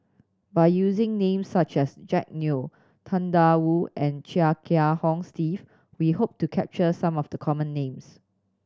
by using names such as Jack Neo Tang Da Wu and Chia Kiah Hong Steve we hope to capture some of the common names